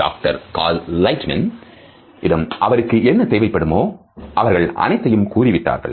Doctor Cal Lightman இடம் அவருக்கு என்ன தேவைப்படுமோ அவர்கள் அனைத்தையும் கூறி விட்டார்கள்